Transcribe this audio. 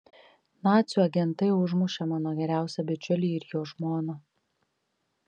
nacių agentai užmušė mano geriausią bičiulį ir jo žmoną